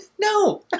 No